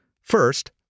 First